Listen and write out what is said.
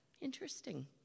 Interesting